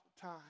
time